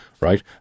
right